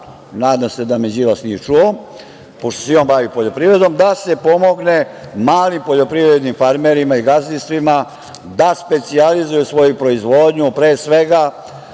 nadam se da me Đilas nije čuo, pošto se i on bavi poljoprivredom, da se pomogne malim poljoprivrednim farmerima i gazdinstvima, da specijalizuje svoju proizvodnju zbog